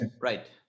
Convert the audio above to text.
Right